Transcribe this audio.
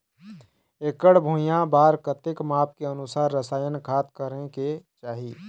एकड़ भुइयां बार कतेक माप के अनुसार रसायन खाद करें के चाही?